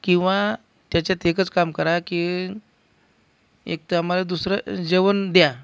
किंवा त्याच्यात एकच काम करा की एकतर आम्हाला दुसरं जेवण द्या